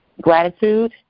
gratitude